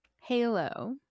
Halo